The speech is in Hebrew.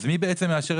מי,